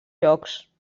jocs